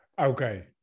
okay